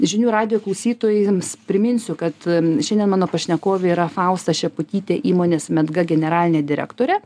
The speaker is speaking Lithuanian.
žinių radijo klausytojams priminsiu kad šiandien mano pašnekovė yra fausta šeputytė įmonės medga generalinė direktorė